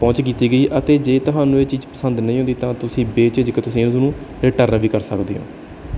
ਪਹੁੰਚ ਕੀਤੀ ਗਈ ਅਤੇ ਜੇ ਤੁਹਾਨੂੰ ਇਹ ਚੀਜ਼ ਪਸੰਦ ਨਹੀਂ ਆਉਂਦੀ ਤਾਂ ਤੁਸੀਂ ਬੇ ਝਿਜਕ ਤੁਸੀਂ ਉਸਨੂੰ ਰਿਟਰਨ ਵੀ ਕਰ ਸਕਦੇ ਹੋ